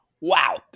Wow